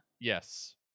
Yes